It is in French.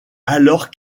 alors